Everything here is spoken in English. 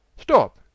stop